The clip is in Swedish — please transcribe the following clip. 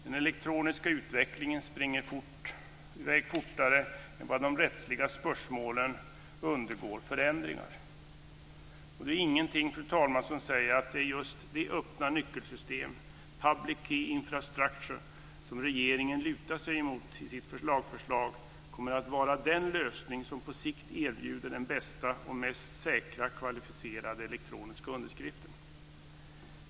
Den elektroniska utvecklingen springer i väg fortare än vad de rättsliga spörsmålen undergår förändringar. Det är ingenting, fru talman, som säger att det är just det öppna nyckelsystem - Public Key Infrastructure - som regeringen lutar sig emot i sitt lagförslag som kommer att vara den lösning som på sikt erbjuder den bästa och mest säkra kvalificerade elektroniska underskriften.